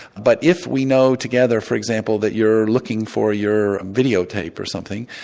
but if we know together for example that you're looking for your video tape or something,